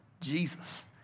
Jesus